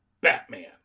Batman